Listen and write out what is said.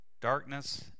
darkness